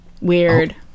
Weird